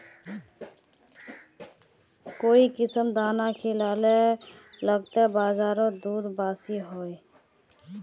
काई किसम दाना खिलाले लगते बजारोत दूध बासी होवे?